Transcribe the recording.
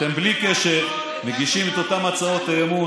אתם בלי קשר מגישים את אותן הצעות אי-אמון.